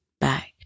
back